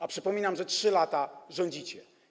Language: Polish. A przypominam, że 3 lata rządzicie.